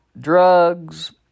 Drugs